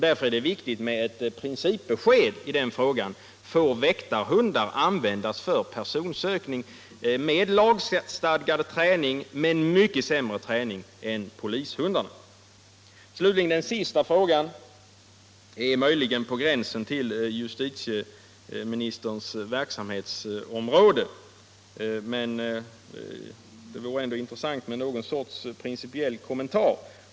Därför är det viktigt med ett princeipbesked i den frågan: Får väktarhundar, med lagstadgad träning men med mycket sämre träning än polishundar, användas för personsökning? Den sista frågan är möjligen på gränsen till justitieministerns verksumhetsområde, men det vore ändå intressant med någon sorts principiell kommentar.